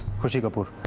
khushi kapoor.